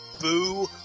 boo